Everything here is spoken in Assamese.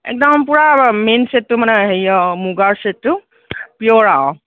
একদম পূৰা মেইন চেটটো মানে হেৰিয়াৰ মুগাৰ চেটটো পিঅ'ৰ আৰু